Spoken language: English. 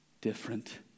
Different